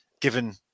given